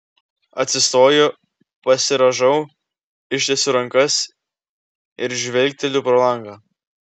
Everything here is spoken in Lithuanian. atsistoju pasirąžau ištiesiu rankas ir žvilgteliu pro langą